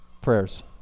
prayers